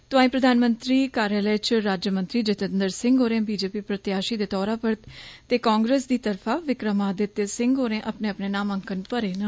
तोआई प्रधानमंत्री कार्यालय च राज्यमंत्री डाक्टर जितेन्द्र सिंह होरें बी जे पी प्रत्याषी दे तौर पर ते कांग्रेस दी तरफा विक्रमादित्य सिंह होरें अपने अपने नामांकन भरे न